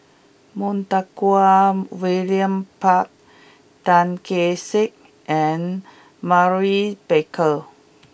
Montague William Pett Tan Kee Sek and Maurice Baker